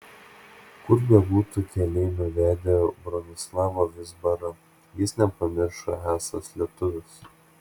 kur bebūtų keliai nuvedę bronislavą vizbarą jis nepamiršo esąs lietuvis